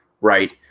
right